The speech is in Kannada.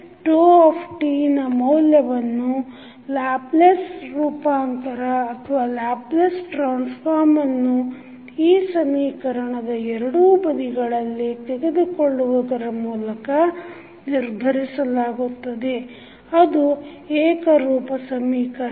tನ ಮೌಲ್ಯವನ್ನು ಲ್ಯಾಪ್ಲೇಸ್ ರೂಪಾಂತರ ವನ್ನು ಈ ಸಮೀಕರಣದ ಎರಡೂ ಬದಿಗಳಲ್ಲಿ ತೆಗೆದುಕೊಳ್ಳುವುದರ ಮೂಲಕ ನಿರ್ಧರಿಸಲಾಗುತ್ತದೆ ಅದು ಏಕರೂಪ ಸಮೀಕರಣ